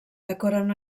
decoren